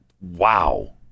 Wow